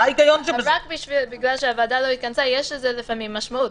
רק בגלל שהוועדה לא התכנסה, יש לזה לפעמים משמעות.